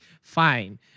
Fine